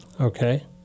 Okay